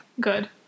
Good